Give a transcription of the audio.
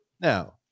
Now